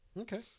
Okay